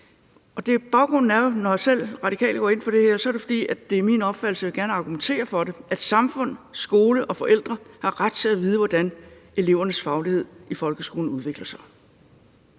et nyt værktøj. Når jeg selv og Radikale går ind for det her, er det, fordi det er min opfattelse – og jeg vil gerne argumentere for det – at samfund, skole og forældre har ret til at vide, hvordan elevernes faglighed i folkeskolen udvikler sig.